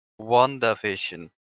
WandaVision